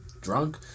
drunk